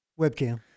webcam